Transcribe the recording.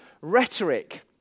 rhetoric